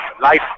life